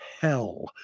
hell